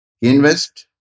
invest